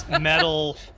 metal